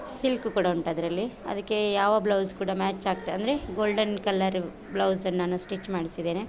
silk ಕೂಡ ಉಂಟದರಲ್ಲಿ ಅದಕ್ಕೆ ಯಾವ ಬ್ಲೌಸ್ ಕೂಡ ಮ್ಯಾಚ್ ಆಗತ್ತೆ ಅಂದರೆ ಗೋಲ್ಡನ್ ಕಲ್ಲರು ಬ್ಲೌಸ್ ನಾನು ಸ್ಟಿಚ್ ಮಾಡಿಸಿದ್ದೇನೆ